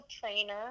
trainer